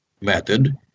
method